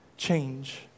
Change